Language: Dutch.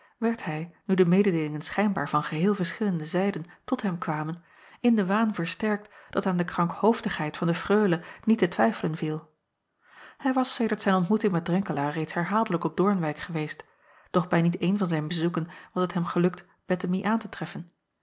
werd hij nu de mededeelingen schijnbaar van geheel verschillende zijden tot hem kwamen in den waan versterkt dat aan de krankhoofdigheid van de reule niet te twijfelen viel ij was sedert zijn ontmoeting met renkelaer reeds herhaaldelijk op oornwijck geweest doch bij niet een van zijn bezoeken was het hem gelukt ettemie aan te treffen